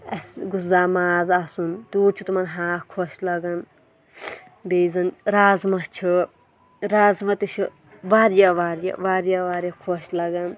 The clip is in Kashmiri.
اسہٕ گھوٚژھ زانٛہہ ماز آسُن تیوٗت چھُ تِمَن ہاکھ خۄش لَگَان بیٚیہِ زَن رازمہ چھِ رازمہ تہِ چھِ واریاہ واریاہ واریاہ واریاہ خۄش لَگَان